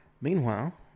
Meanwhile